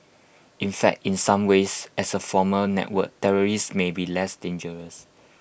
in fact in some ways as A formal network terrorists may be less dangerous